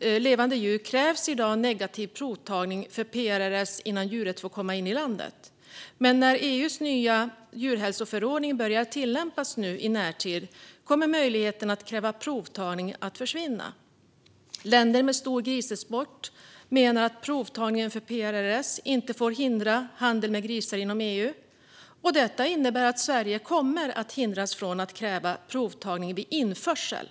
levande djur krävs i dag negativ provtagning för PRRS innan djuret får komma in i landet. Men när EU:s nya djurhälsoförordning börjar tillämpas i närtid kommer möjligheten att kräva provtagning att försvinna. Länder med stor grisexport menar att provtagningen för PRRS inte får hindra handel med grisar inom EU, och detta innebär att Sverige kommer att hindras från att kräva provtagning vid införsel.